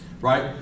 right